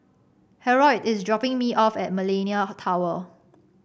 Harrold is dropping me off at Millenia Tower